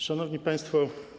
Szanowni Państwo!